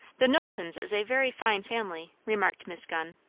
the knowltons is a very fine family, remarked miss gunn.